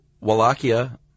Wallachia